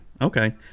okay